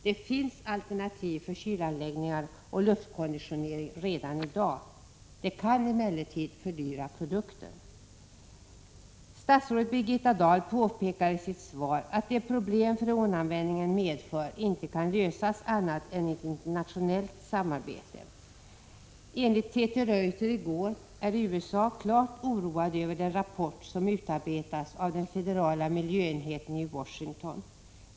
Det finns alternativ för kylanläggningar och luftkonditioneringsanläggningar redan i dag. De kan emellertid fördyra produkten. Statsrådet påpekar i sitt svar att de problem freonanvändningen medför inte kan lösas annat än i ett internationellt samarbete. Enligt TT-Reuter i går är man i USA klart oroad över den rapport som utarbetats av den federala miljöenheten i Washington.